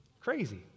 crazy